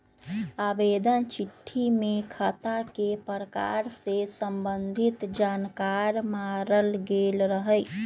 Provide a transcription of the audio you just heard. आवेदन चिट्ठी में खता के प्रकार से संबंधित जानकार माङल गेल रहइ